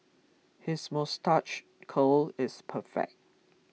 his moustache curl is perfect